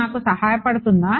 నాకు సహాయపడుతుందా